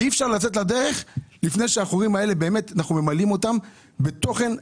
ואי אפשר לצאת לדרך לפני שאנחנו ממלאים אותם בתוכן אמיתי.